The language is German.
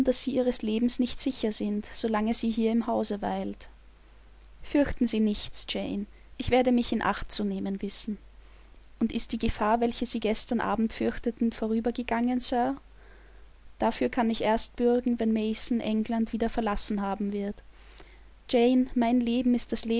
sie ihres lebens nicht sicher sind so lange sie hier im hause weilt fürchten sie nichts jane ich werde mich in acht zu nehmen wissen und ist die gefahr welche sie gestern abend fürchteten vorüber gegangen sir dafür kann ich erst bürgen wenn mason england wieder verlassen haben wird jane mein leben ist